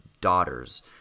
daughters